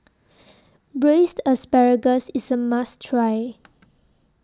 Braised Asparagus IS A must Try